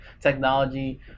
technology